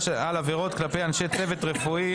עבירות כלפי אנשי צוות רפואי),